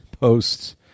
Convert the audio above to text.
posts